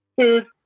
Food